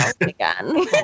again